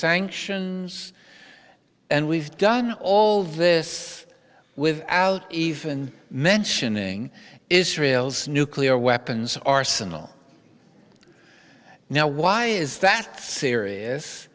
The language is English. sanctions and we've done all this without even mentioning israel's nuclear weapons arsenal now why is that serious